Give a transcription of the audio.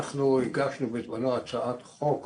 אנחנו הגשנו בזמנו הצעת חוק,